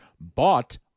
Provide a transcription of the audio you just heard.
bought